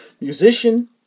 musician